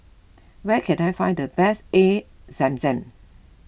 where can I find the best Air Zam Zam